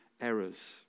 errors